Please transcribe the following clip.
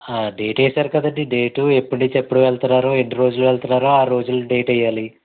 date వేసారు కదండి date ఎప్పడినుంచి ఎప్పుడు వెళుతున్నారో ఎన్నిరోజులు వెళుతున్నారో ఆ రోజులు డేట్ వెయ్యాలి